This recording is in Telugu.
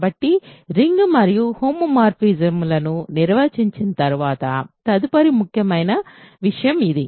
కాబట్టి రింగ్స్ మరియు హోమోమార్ఫిజమ్లను నిర్వచించిన తర్వాత తదుపరి ముఖ్యమైన విషయం ఇది